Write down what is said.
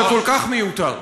וכל כך מיותר.